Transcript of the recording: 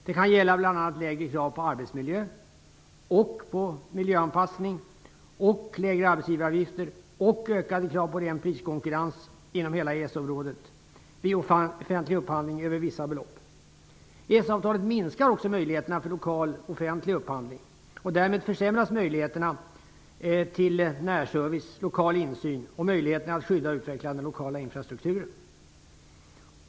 Det kan gälla bl.a. lägre krav på arbetsmiljö och på miljöanpassning, lägre arbetsgivaravgifter och ökade krav på ren priskonkurrens inom hela EES-området vid offentlig upphandling över vissa belopp. EES-avtalet minskar också möjligheterna för lokal offentlig upphandling, och därmed försämras möjligheterna till närservice, lokal insyn och möjligheten att skydda och utveckla den lokala infrastrukturen.